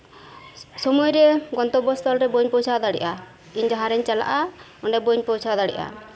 ᱥᱚᱢᱚᱭᱨᱮ ᱜᱚᱱᱛᱚᱵᱵᱚ ᱥᱛᱷᱚᱞᱨᱮ ᱵᱟᱹᱧ ᱯᱳᱪᱷᱟᱣ ᱫᱟᱲᱮᱭᱟᱜᱼᱟ ᱤᱧ ᱡᱟᱦᱟᱸ ᱨᱤᱧ ᱪᱟᱞᱟᱜᱼᱟ ᱚᱸᱰᱮ ᱵᱟᱹᱧ ᱯᱳᱣᱪᱷᱟᱣ ᱫᱟᱲᱮᱭᱟᱜᱼᱟ